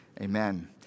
Amen